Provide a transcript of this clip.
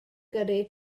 gyrru